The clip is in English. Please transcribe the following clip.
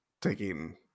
taking